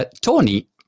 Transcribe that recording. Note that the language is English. Tony